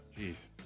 Jeez